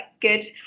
good